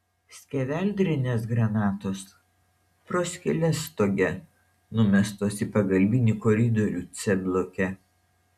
skeveldrinės granatos pro skyles stoge numestos į pagalbinį koridorių c bloke